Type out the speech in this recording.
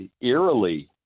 eerily